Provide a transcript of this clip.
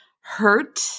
hurt